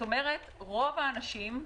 כלומר רוב האנשים,